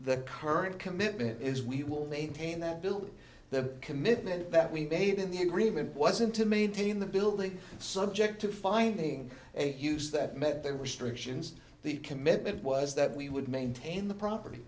the current commitment is we will maintain that building the commitment that we made in the agreement wasn't to maintain the building subject to finding a use that met the restrictions the commitment was that we would maintain the property